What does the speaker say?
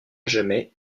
jamais